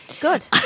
Good